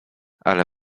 ale